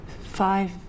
Five